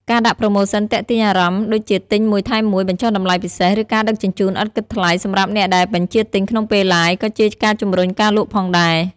ការដាក់ប្រូម៉ូសិនទាក់ទាញអារម្មណ៍ ដូចជាទិញ ១ ថែម ១ បញ្ចុះតម្លៃពិសេស ឬការដឹកជញ្ជូនឥតគិតថ្លៃសម្រាប់អ្នកដែលបញ្ជាទិញក្នុងពេល Live ក៏ជាការជម្រុញការលក់ផងដែរ។